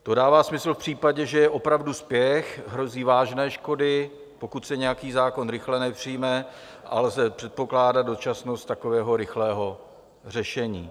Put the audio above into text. To dává smysl v případě, že je opravdu spěch, hrozí vážné škody, pokud se nějaký zákon rychle nepřijme a lze předpokládat dočasnost takového rychlého řešení.